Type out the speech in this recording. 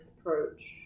approach